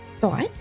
thought